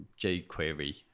jquery